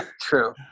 true